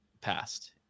passed